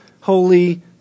holy